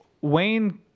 Wayne